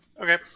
Okay